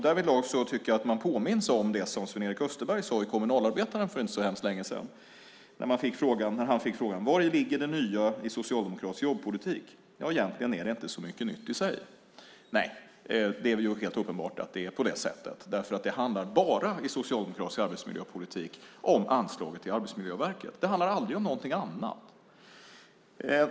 Därvidlag påminns jag om det som Sven-Erik Österberg sade i Kommunalarbetaren för inte så hemskt länge sedan när han fick frågan: Vari ligger det nya i socialdemokratisk jobbpolitik? Han svarade: Egentligen är det inte så mycket nytt i sig. Nej, det är ju helt uppenbart att det är på det sättet, därför att i socialdemokratisk arbetsmiljöpolitik handlar det bara om anslaget till Arbetsmiljöverket. Det handlar aldrig om någonting annat.